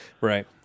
Right